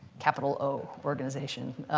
capital o, organization.